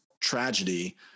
tragedy